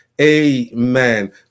Amen